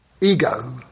ego